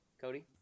Cody